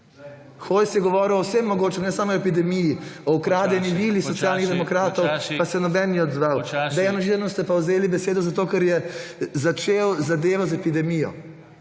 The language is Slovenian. Hojs je govoril o vsem mogočem, ne samo o epidemiji, o ukradeni vili Socialnih demokratov, pa se noben ni odzval. Dejanu Židanu ste pa vzeli besedo, zato ker je začel zadevo z epidemijo,